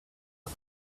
its